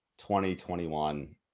2021